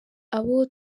abo